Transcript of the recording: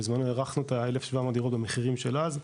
בזמנו הערכנו את ה-1,700 דירות במחירים של אז,